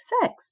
sex